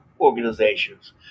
organizations